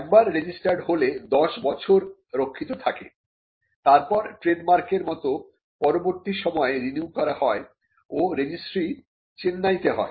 একবার রেজিস্টার্ড হলে 10 বছর রক্ষিত থাকে তারপর ট্রেডমার্কের মত পরবর্তী সময়ে রিনিউ করা যায় ও রেজিস্ট্রি চেন্নাইতে হয়